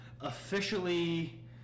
officially